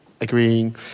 agreeing